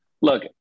look